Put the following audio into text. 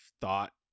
thought